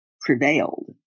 prevailed